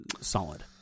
solid